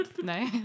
No